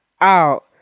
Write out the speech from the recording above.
out